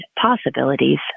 possibilities